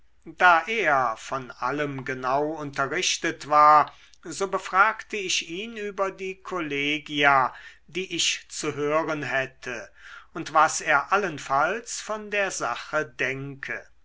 da er von allem genau unterrichtet war so befragte ich ihn über die kollegia die ich zu hören hätte und was er allenfalls von der sache denke